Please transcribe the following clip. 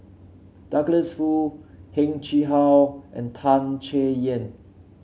Douglas Foo Heng Chee How and Tan Chay Yan